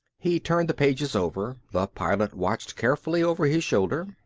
he turned the pages over. the pilot watched carefully over his shoulder.